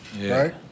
right